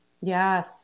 Yes